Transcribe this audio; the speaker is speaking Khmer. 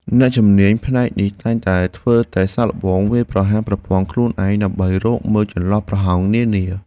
អ្នកជំនាញផ្នែកនេះតែងតែធ្វើតេស្តសាកល្បងវាយប្រហារប្រព័ន្ធខ្លួនឯង ដើម្បីរកមើលចន្លោះប្រហោងនានា។